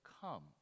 come